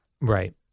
Right